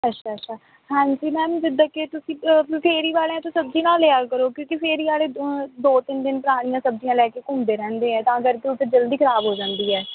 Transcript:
ਅੱਛਾ ਅੱਛਾ ਹਾਂਜੀ ਮੈਮ ਜਿੱਦਾਂ ਕਿ ਤੁਸੀਂ ਫੇਰੀ ਵਾਲਿਆਂ ਤੋਂ ਸਬਜ਼ੀ ਨਾ ਲਿਆ ਕਰੋ ਕਿਉਂਕਿ ਫੇਰੀ ਵਾਲੇ ਦੋ ਤਿੰਨ ਦਿਨ ਪੁਰਾਣੀਆਂ ਸਬਜ਼ੀਆਂ ਲੈ ਕੇ ਘੁੰਮਦੇ ਰਹਿੰਦੇ ਆ ਤਾਂ ਕਰਕੇ ਉਹ ਤਾਂ ਜਲਦੀ ਖਰਾਬ ਹੋ ਜਾਂਦੀ ਹੈ